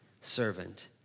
servant